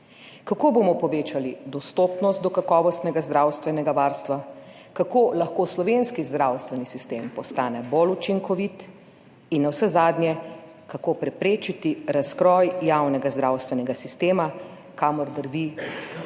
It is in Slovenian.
Kako bomo povečali dostopnost do kakovostnega zdravstvenega varstva? Kako lahko slovenski zdravstveni sistem postane bolj učinkovit? Kako preprečiti razkroj javnega zdravstvenega sistema, ki se